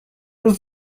روز